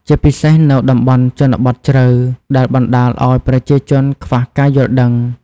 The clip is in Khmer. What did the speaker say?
ជាពិសេសនៅតំបន់ជនបទជ្រៅ ដែលបណ្ដាលឱ្យប្រជាជនខ្វះការយល់ដឹង។